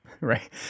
right